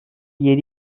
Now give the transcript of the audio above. yedi